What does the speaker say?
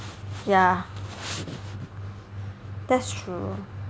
ya that's true